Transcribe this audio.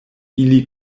ili